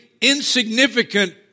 insignificant